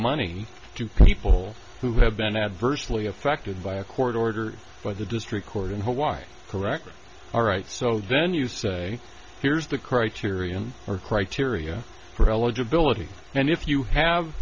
money to people who have been adversely affected by a court order by the district court in hawaii correctly all right so then you say here's the criterion or criteria for eligibility and if you have